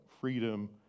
freedom